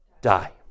die